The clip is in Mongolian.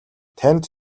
танд